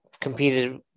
competed